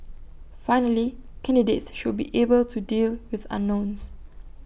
finally candidates should be able to deal with unknowns